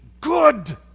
good